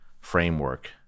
framework